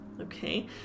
Okay